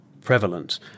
prevalent